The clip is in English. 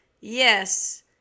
Yes